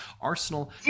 Arsenal